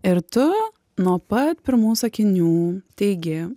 ir tu nuo pat pirmų sakinių teigi